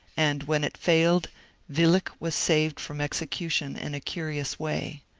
and when it failed willich was saved from execu tion in a curious way.